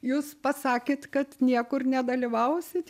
jūs pasakėt kad niekur nedalyvausit